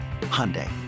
Hyundai